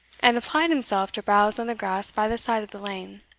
and applied himself to browse on the grass by the side of the lane.